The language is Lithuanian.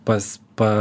pas pa